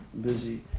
busy